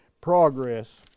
progress